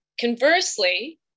Conversely